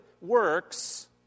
works